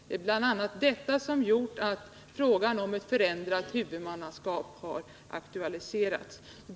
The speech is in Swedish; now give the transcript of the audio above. Det är bl.a. detta som har gjort att frågan om en ändring av huvudmannaskapet har aktualiserats.